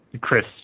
Chris